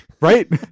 right